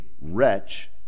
wretch